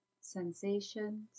sensations